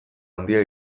handia